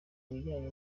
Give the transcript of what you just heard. bijyanye